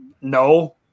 No